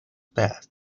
past